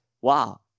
wow